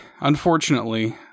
unfortunately